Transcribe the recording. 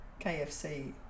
kfc